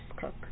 Cook